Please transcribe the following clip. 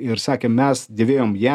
ir sakė mes dėvėjom ją